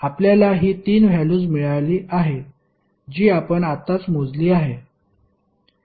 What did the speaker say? आपल्याला ही 3 व्हॅल्युस मिळाली आहे जी आपण आत्ताच मोजली आहे